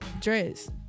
dress